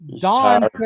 Don